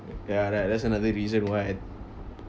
ya that that's another reason why I